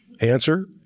Answer